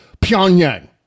Pyongyang